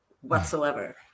Whatsoever